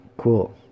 cool